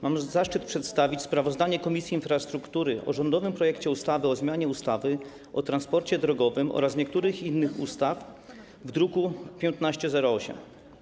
Mam zaszczyt przedstawić sprawozdanie Komisji Infrastruktury o rządowym projekcie ustawy o zmianie ustawy o transporcie drogowym oraz niektórych innych ustaw z druku nr 1508.